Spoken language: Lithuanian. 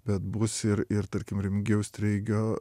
bet bus ir ir tarkim remigijaus treigio